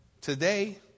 today